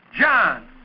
John